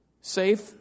safe